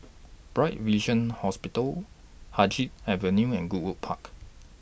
Bright Vision Hospital Haig Avenue and Goodwood Road